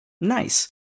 Nice